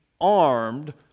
armed